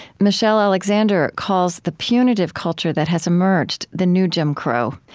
michelle alexander calls the punitive culture that has emerged the new jim crow.